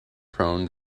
prone